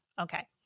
Okay